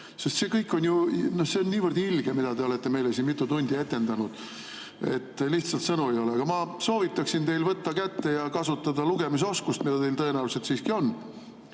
See kõik on ju niivõrd ilge, mida te olete meile siin mitu tundi etendanud. Lihtsalt sõnu ei ole! Ma soovitan teil võtta kätte ja kasutada lugemise oskust, mis teil tõenäoliselt siiski on,